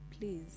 please